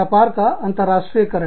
व्यापार का अंतरराष्ट्रीयकरण